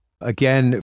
again